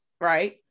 right